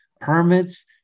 permits